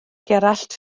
gerallt